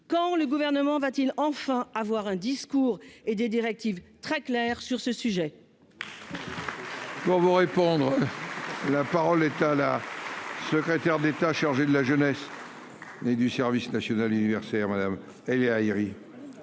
quand le gouvernement va-t-il enfin avoir un discours et des directives très claires sur ce sujet. Pour vous répondre, la parole est à la secrétaire d'État chargée de la jeunesse. Et du service national universel, madame, elle est